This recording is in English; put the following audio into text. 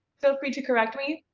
feel free to correct me!